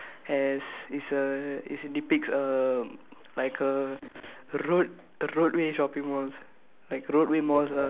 K K my picture has is a is a depicts a like a road the road way shopping malls